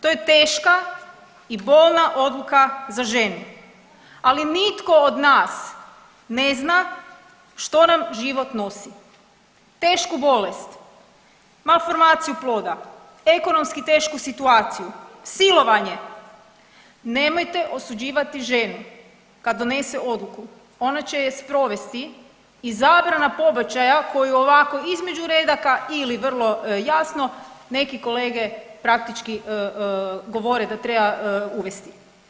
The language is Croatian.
To je teška i bolna odluka za ženu, ali nitko od nas ne zna što nam život nosi, tešku bolest, malformaciju ploda, ekonomski tešku situaciju, silovanje, nemojte osuđivati ženu kad donese odluku, ona će ju sprovesti i zabrana pobačaj koju ovako između redaka ili vrlo jasno neki kolege praktički govore da treba uvesti.